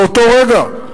באותו רגע,